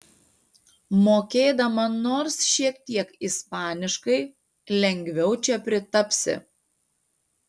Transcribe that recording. mokėdama nors šiek tiek ispaniškai lengviau čia pritapsi